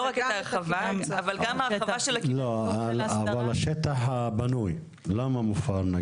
אבל השטח הפנוי למה מופר?